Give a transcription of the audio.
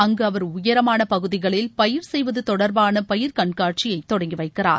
அங்கு அவர் உயரமான பகுதிகளில் பயிர் செய்வது தொடர்பான பயிர்க் கண்காட்சியை தொடங்கி வைக்கிறார்